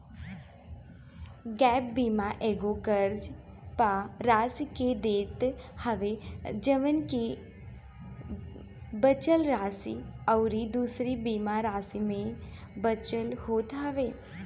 gap बीमा एगो कर्जा पअ राशि के देत हवे जवन की बचल राशि अउरी दूसरी बीमा राशि में बचल होत हवे